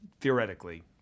theoretically